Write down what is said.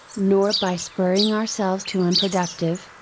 nor by spurring ourselves to unproductive,